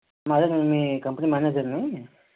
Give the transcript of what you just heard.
మా అదే మీ కంపనీ మేనేజర్ని